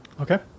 okay